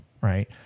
right